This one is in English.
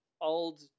old